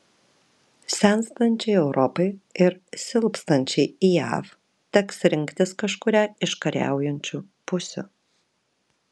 senstančiai europai ir silpstančiai jav teks rinktis kažkurią iš kariaujančių pusių